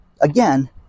again